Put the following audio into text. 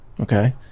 okay